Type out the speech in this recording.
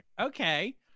okay